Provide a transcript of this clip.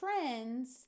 trends